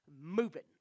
moving